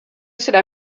cela